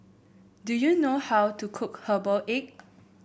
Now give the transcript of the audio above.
do you know how to cook Herbal Egg